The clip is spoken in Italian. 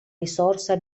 risorsa